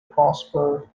prosper